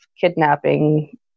kidnapping